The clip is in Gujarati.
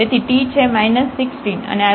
તેથી t છે 16